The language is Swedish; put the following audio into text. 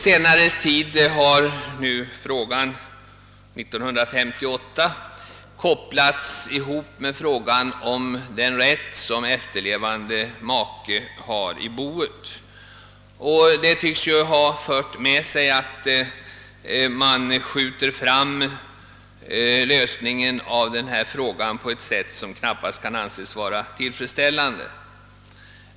Senare — det var 1958 — kopplades emellertid frågan ihop med frågan om den rätt som efterlevande make har i boet, och det tycks ha fört med sig att man skjutit upp lösningen av denna fråga, vilket knappast kan anses vara tillfredsställande.